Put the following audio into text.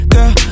Girl